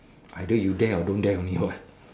either you dare or don't dare only what